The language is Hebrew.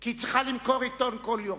כי היא צריכה למכור עיתון כל יום.